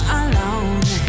alone